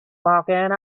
walking